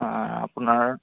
আপোনাৰ